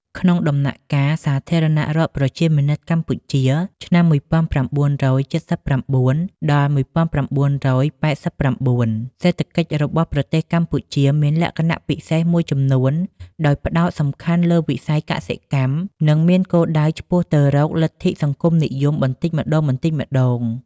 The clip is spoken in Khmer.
ក្នុងដំណាក់កាលសាធារណរដ្ឋប្រជាមានិតកម្ពុជា (ឆ្នាំ១៩៧៩-១៩៨៩) សេដ្ឋកិច្ចរបស់ប្រទេសកម្ពុជាមានលក្ខណៈពិសេសមួយចំនួន ដោយផ្តោតសំខាន់លើវិស័យកសិកម្ម និងមានគោលដៅឆ្ពោះទៅរកលទ្ធិសង្គមនិយមបន្តិចម្តងៗ។